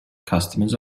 customers